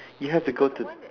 you have to go to